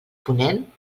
ponent